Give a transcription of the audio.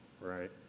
right